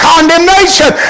Condemnation